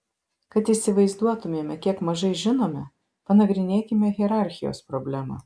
kad įsivaizduotumėme kiek mažai žinome panagrinėkime hierarchijos problemą